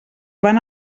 van